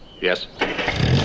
Yes